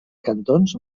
cantons